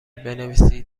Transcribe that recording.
بنویسید